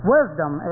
Wisdom